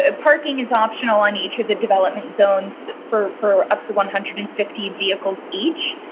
ah parking is optional on each of the development zones for for up to one hundred and fifty vehicles. each,